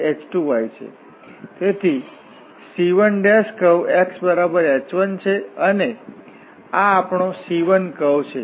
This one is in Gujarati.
તેથી C1 કર્વ x h1 છે અને આ આપણો C1 કર્વ છે